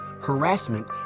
harassment